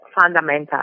fundamental